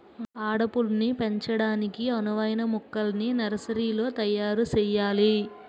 అడవుల్ని పెంచడానికి అనువైన మొక్కల్ని నర్సరీలో తయారు సెయ్యాలి